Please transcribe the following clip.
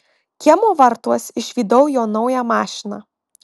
kiemo vartuos išvydau jo naują mašiną